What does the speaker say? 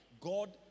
God